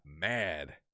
mad